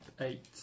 eight